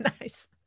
Nice